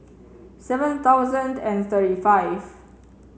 seven thousand and thirty five